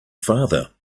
father